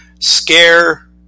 scare